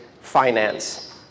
finance